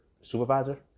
supervisor